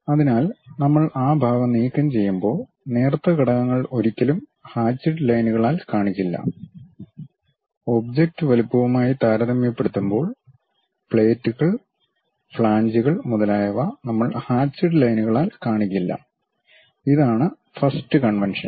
അതിനാൽ നമ്മൾ ആ ഭാഗം നീക്കംചെയ്യുമ്പോൾ നേർത്ത ഘടകങ്ങൾ ഒരിക്കലും ഹാചിഡ് ലൈന്കളാൽ കാണിക്കില്ല ഒബ്ജക്റ്റ് വലുപ്പവുമായി താരതമ്യപ്പെടുത്തുമ്പോൾ പ്ലേറ്റുകൾ ഫ്ളാൻജുകൾ മുതലായവ നമ്മൾ ഹാചിഡ് ലൈനുകളാൽ കാണിക്കില്ല ഇതാണ് ഫസ്റ്റ് കൺവെൻഷൻ